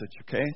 okay